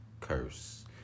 curse